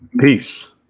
Peace